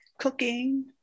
Cooking